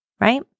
right